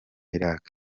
irak